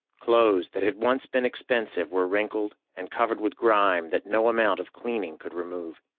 clothes that had once been expensive were wrinkled and covered with grime that no amount of cleaning could remove.